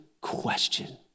question